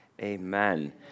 Amen